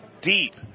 deep